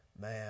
man